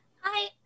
hi